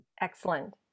Excellent